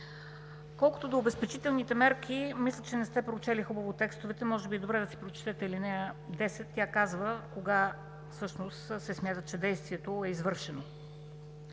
Колкото до обезпечителните мерки, мисля, че не сте прочели хубаво текстовете. Може би е добре да си прочетете ал. 10. Тя казва кога всъщност се смята, че действието е извършено.